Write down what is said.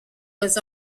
was